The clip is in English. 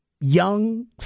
young